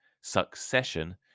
succession